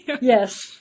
yes